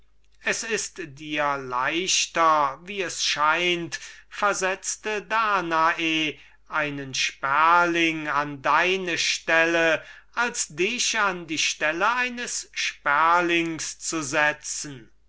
es ist dir leichter wie es scheint versetzte danae einen sperling an deine stelle als dich an die stelle eines sperlings zu setzen